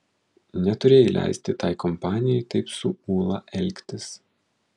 neturėjai leisti tai kompanijai taip su ūla elgtis